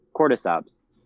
cordyceps